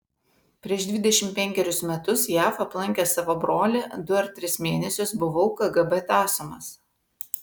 prieš dvidešimt penkerius metus jav aplankęs savo brolį du ar tris mėnesius buvau kgb tąsomas